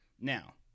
Now